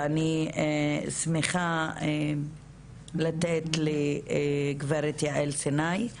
ואני שמחה לתת לגברת יעל סיני,